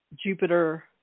Jupiter